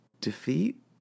defeat